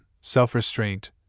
self-restraint